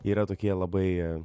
yra tokie labai